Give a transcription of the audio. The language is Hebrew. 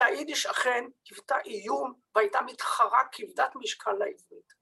‫היידיש אכן היוותה איום ‫והייתה מתחרה כבדת משקל לעברית.